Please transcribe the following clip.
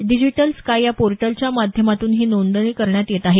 digital sky या पोर्टलच्या माध्यमातून ही नोंदणी करण्यात येत आहे